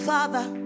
Father